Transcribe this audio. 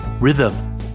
rhythm